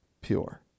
pure